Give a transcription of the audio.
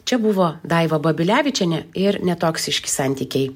čia buvo daiva babilevičienė ir netoksiški santykiai